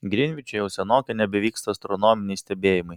grinviče jau senokai nebevyksta astronominiai stebėjimai